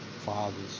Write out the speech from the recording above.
fathers